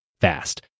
fast